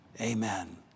Amen